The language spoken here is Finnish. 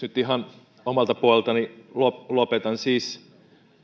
nyt ihan omalta puoleltani lopetan siis